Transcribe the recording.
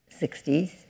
60s